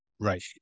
Right